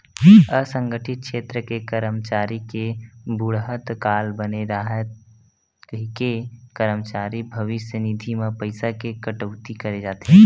असंगठित छेत्र के करमचारी के बुड़हत काल बने राहय कहिके करमचारी भविस्य निधि म पइसा के कटउती करे जाथे